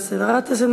חבר הכנסת באסל גטאס,